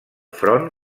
front